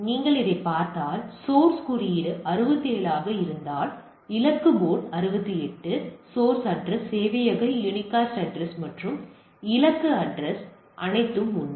நீங்கள் பார்த்தால் சோர்ஸ் குறியீடு 67 ஆக இருந்தால் இலக்கு போர்ட் 68 சோர்ஸ் அட்ரஸ் சேவையக யூனிகாஸ்ட் அட்ரஸ் மற்றும் இலக்கு அட்ரஸ் அனைத்தும் 1